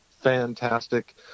fantastic